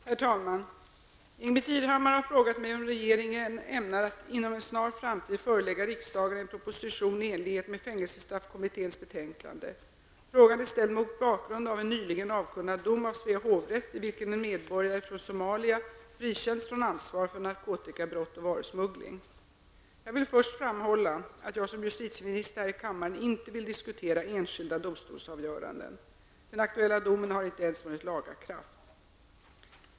Herr talman! Ingbritt Irhammar har frågat mig om regeringen ämnar att inom en snar framtid förelägga riksdagen en proposition i enlighet med fängelsestraffkommitténs betänkande. Frågan är ställd mot bakgrund av en nyligen avkunnad dom av Svea hovrätt i vilken en medborgare från Jag vill först framhålla att jag som justitieminister här i kammaren inte vill diskutera enskilda domstolsavgöranden. Den aktuella domen har inte ens vunnit laga kraft.